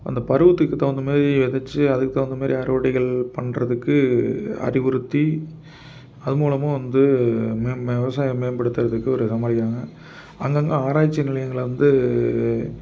அந்த பருவத்துக்கு தகுந்தமாதிரி விதைச்சி அதுக்கு தகுந்தமாதிரி அறுவடைகள் பண்ணுறதுக்கு அறிவுறுத்தி அதுமூலமும் வந்து மே மே விவசாயம் மேம்படுத்துறதுக்கு ஒரு சமாளிக்கிறாங்க அங்கங்கே ஆராய்ச்சி நிலையங்களை வந்து